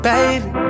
Baby